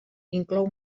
inclou